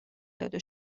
داده